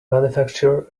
manufacturer